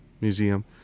Museum